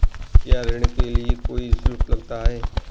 क्या ऋण के लिए कोई शुल्क लगता है?